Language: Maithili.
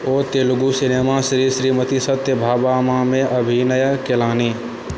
ओ तेलुगू सिनेमा श्री श्रीमती सत्यभामामे अभिनय कएलनि